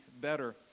better